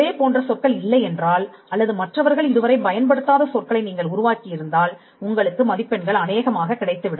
ஒரே போன்ற சொற்கள் இல்லை என்றால் அல்லது மற்றவர்கள் இதுவரை பயன்படுத்தாத சொற்களை நீங்கள் உருவாக்கியிருந்தால் உங்களுக்கு மதிப்பெண்கள் அனேகமாகக் கிடைத்துவிடும்